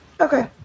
Okay